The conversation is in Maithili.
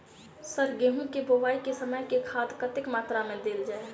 सर गेंहूँ केँ बोवाई केँ समय केँ खाद कतेक मात्रा मे देल जाएँ?